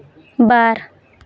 ᱵᱟᱨ